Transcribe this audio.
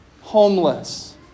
homeless